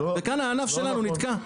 וכאן הענף שלנו נתקע,